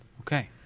Okay